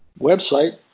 website